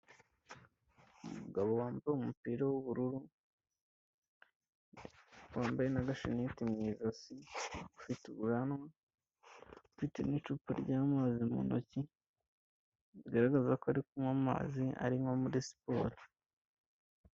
Umugabo wambaye umupira w'ubururu, wambaye n'agashenete mu ijosi, ufite ubwanwa, ufite n'icupa ry'amazi mu ntoki, bigaragaza ko ari kunywa amazi ari nko muri siporo.